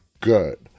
Good